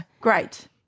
Great